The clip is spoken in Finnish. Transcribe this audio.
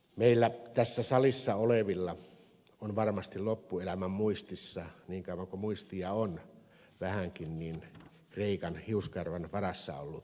meillä tässä salissa olevilla on varmasti loppuelämän muistissa niin kauan kuin muistia on vähänkin kreikan hiuskarvan varassa ollut talousromahdus